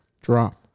drop